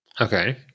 Okay